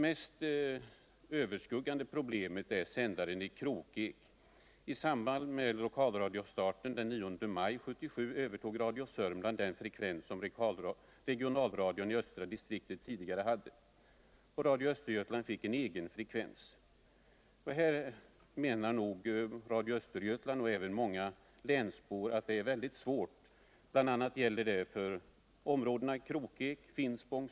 Här menar nog Radio Östergötland och även många länsbor att det är väldigt svårt — och det gäller för bl.a. områdena kring Krokek, Finspång.